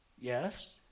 Yes